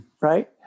right